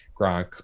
Gronk